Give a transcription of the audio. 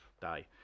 die